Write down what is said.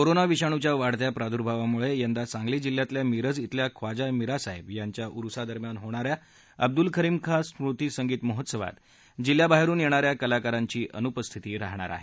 corona विषाणूच्या वाढत्या प्रादुर्भावामुळे यंदा सांगली जिल्ह्यातल्या मिरज थिल्या ख्वाजा मिरासाहेब यांच्या उरुसादरम्यानं होणाऱ्या अब्दुल करीम खां स्मृती संगीत महोत्सवात जिल्ह्याबाहेरून येणाऱ्या कलाकारांची अनुपस्थिती राहणार आहे